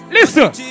Listen